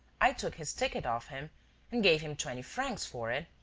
i took his ticket off him and gave him twenty francs for it.